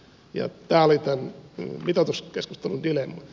tämä oli tämän mitoituskeskustelun dilemma